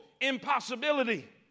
impossibility